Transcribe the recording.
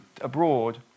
abroad